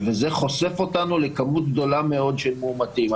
וזה חושף אותנו לכמות גדולה מאוד של מאומתים.